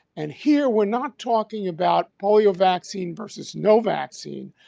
and here, we're not talking about polio vaccine versus no vaccine.